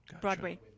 Broadway